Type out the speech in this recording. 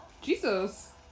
Jesus